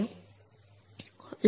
उदा